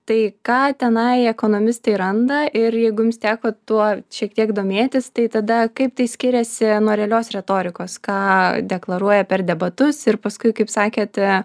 tai ką tenai ekonomistai randa ir jeigu jums teko tuo šiek tiek domėtis tai tada kaip tai skiriasi nuo realios retorikos ką deklaruoja per debatus ir paskui kaip sakėte